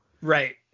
right